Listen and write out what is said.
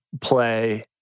play